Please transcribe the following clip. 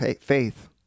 faith